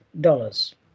dollars